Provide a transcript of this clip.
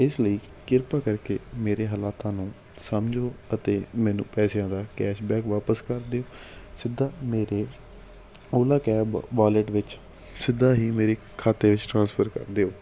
ਇਸ ਲਈ ਕਿਰਪਾ ਕਰਕੇ ਮੇਰੇ ਹਾਲਾਤਾਂ ਨੂੰ ਸਮਝੋ ਅਤੇ ਮੈਨੂੰ ਪੈਸਿਆਂ ਦਾ ਕੈਸ਼ਬੈਕ ਵਾਪਸ ਕਰ ਦਿਓ ਸਿੱਧਾ ਮੇਰੇ ਔਲਾ ਕੈਬ ਵ ਵਾਲਿਟ ਵਿੱਚ ਸਿੱਧਾ ਹੀ ਮੇਰੇ ਖਾਤੇ ਵਿੱਚ ਟ੍ਰਾਂਸਫਰ ਕਰ ਦਿਓ